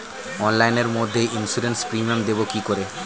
অনলাইনে মধ্যে insurance premium দেবো কি করে?